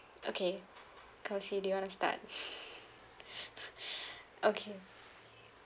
okay kausie do you want to start okay